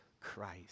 Christ